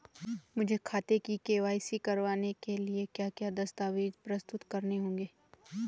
मुझे खाते की के.वाई.सी करवाने के लिए क्या क्या दस्तावेज़ प्रस्तुत करने होंगे?